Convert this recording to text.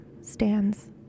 stands